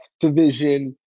division